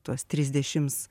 tuos trisdešims